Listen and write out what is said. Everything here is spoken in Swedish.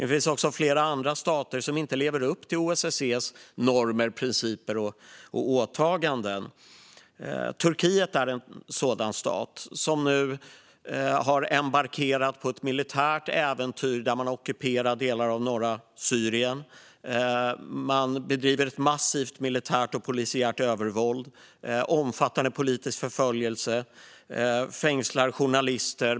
Det finns även andra stater som inte lever upp till OSSE:s normer, principer och åtaganden. Turkiet är en sådan stat, som nu har embarkerat på ett militärt äventyr där man ockuperar delar av norra Syrien. Man bedriver ett massivt militärt och polisiärt övervåld och omfattande politisk förföljelse. Man fängslar journalister.